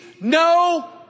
no